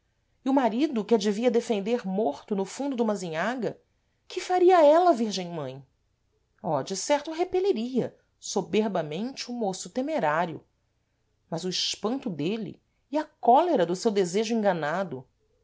e o marido que a devia defender morto no fundo duma azinhaga que faria ela virgem mãe oh de certo repeliria soberbarmente o môço temerário mas o espanto dêle e a cólera do seu desejo enganado